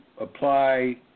apply